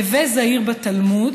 הווי זהיר בתלמוד,